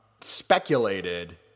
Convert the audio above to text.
speculated